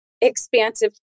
expansive